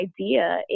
idea